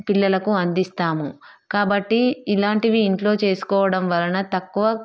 పిల్లలకు అందిస్తాము కాబట్టి ఇలాంటివి ఇంట్లో చేసుకోవడం వలన తక్కువ